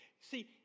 See